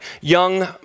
Young